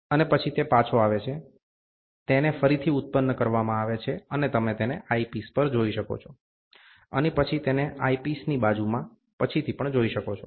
અને પછી તે પાછો આવે છે તેને ફરીથી ઉત્પન્ન કરવામાં આવે છે અને તમે તેને આઈપિસ પર જોઈ શકો છો અને પછી તેને આઈપિસની બાજુમાં પછીથી પણ જોઈ શકો છો